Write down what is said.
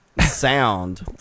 sound